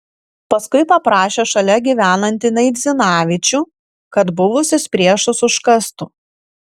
paskui paprašė šalia gyvenantį naidzinavičių kad buvusius priešus užkastų